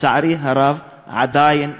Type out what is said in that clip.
לצערי הרב עדיין הממשלה,